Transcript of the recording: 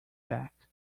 back